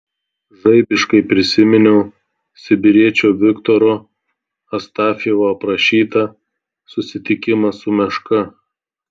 žaibiškai prisiminiau sibiriečio viktoro astafjevo aprašytą susitikimą su meška